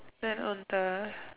then on the